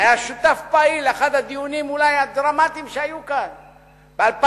שהיה שותף פעיל לאחד הדיונים אולי הדרמטיים שהיו כאן ב-2000,